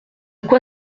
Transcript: quoi